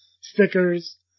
stickers